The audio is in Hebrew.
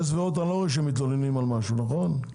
יס והוט, אני לא רואה שהם מתלוננים על משהו, נכון?